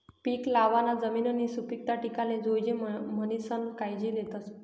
पीक लावाना जमिननी सुपीकता टिकाले जोयजे म्हणीसन कायजी लेतस